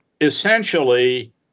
essentially